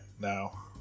now